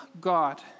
God